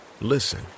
Listen